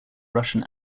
russian